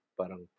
parang